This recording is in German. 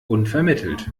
unvermittelt